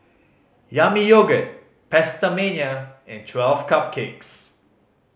Yami Yogurt PastaMania and Twelve Cupcakes